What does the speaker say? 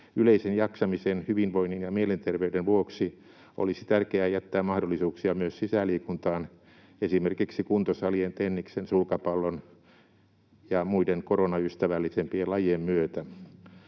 Yleisen jaksamisen, hyvinvoinnin ja mielenterveyden vuoksi olisi tärkeää jättää mahdollisuuksia myös sisäliikuntaan, esimerkiksi kuntosalien, tenniksen, sulkapallon ja muiden koronaystävällisempien lajien myötä.